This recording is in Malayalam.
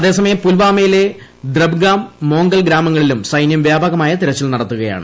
അതേസമയംപുൽവാമയിലെ ദ്രബ്ഗാം മോംഗൽ ഗ്രാമങ്ങളിലും സൈന്യം വ്യാപകമായ തെരിച്ചിൽ നടത്തുകയാണ്